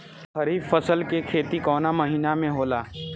खरीफ फसल के खेती कवना महीना में होला?